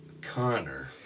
Connor